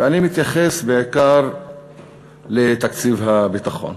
ואני מתייחס בעיקר לתקציב הביטחון.